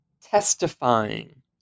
testifying